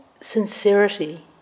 sincerity